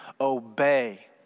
obey